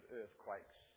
earthquakes